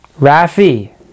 rafi